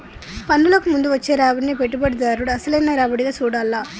పన్నులకు ముందు వచ్చే రాబడినే పెట్టుబడిదారుడు అసలైన రాబడిగా చూడాల్ల